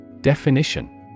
Definition